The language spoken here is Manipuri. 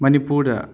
ꯃꯅꯤꯄꯨꯔꯗ